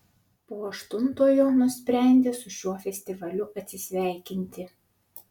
po aštuntojo nusprendė su šiuo festivaliu atsisveikinti